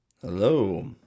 Hello